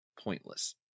pointless